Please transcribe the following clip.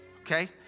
Okay